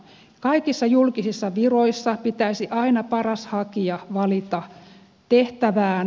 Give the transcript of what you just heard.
kaikissa julkisissa viroissa pitäisi aina paras hakija valita tehtävään